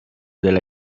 della